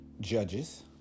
judges